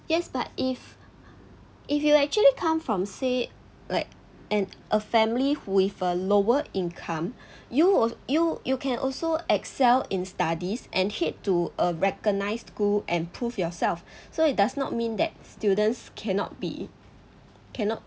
yes but if if you will actually come from say like and a family who with a lower income you will you you can also excel in studies and hit to a recognised school and prove yourself so it does not mean that students cannot be cannot